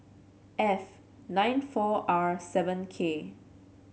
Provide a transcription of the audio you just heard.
F nine four R seven K